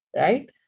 right